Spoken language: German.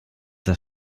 das